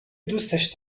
دوستش